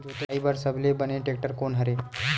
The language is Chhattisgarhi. जोताई बर सबले बने टेक्टर कोन हरे?